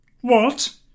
What